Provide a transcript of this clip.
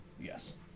yes